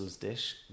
dish